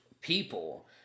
people